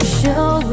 show